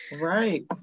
right